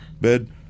bed